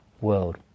world